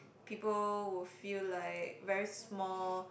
people would feel like very small